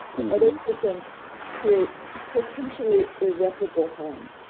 other and person creates potentially irreparable harm?